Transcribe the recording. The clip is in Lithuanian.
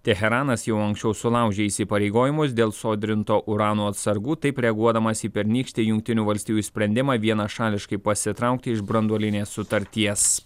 teheranas jau anksčiau sulaužė įsipareigojimus dėl sodrinto urano atsargų taip reaguodamas į pernykštį jungtinių valstijų sprendimą vienašališkai pasitraukti iš branduolinės sutarties